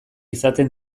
izaten